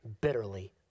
bitterly